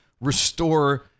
restore